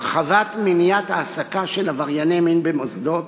הרחבת מניעת העסקה של עברייני מין במוסדות,